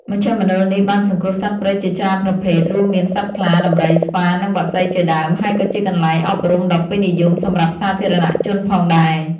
មជ្ឈមណ្ឌលនេះបានសង្គ្រោះសត្វព្រៃជាច្រើនប្រភេទ រួមមានសត្វខ្លា ដំរី ស្វា និងបក្សីជាដើម ហើយក៏ជាកន្លែងអប់រំដ៏ពេញនិយមសម្រាប់សាធារណជនផងដែរ។